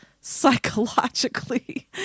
psychologically